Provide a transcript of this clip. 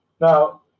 Now